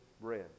bread